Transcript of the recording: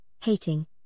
hating